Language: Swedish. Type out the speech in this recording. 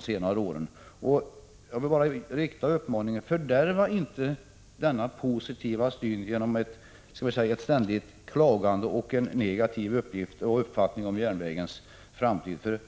senare år. Jag vill rikta en uppmaning: Fördärva inte denna positiva syn genom ett ständigt klagande och en negativ uppfattning om järnvägens framtid!